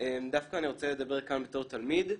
דווקא אני רוצה לדבר כאן בתור תלמיד.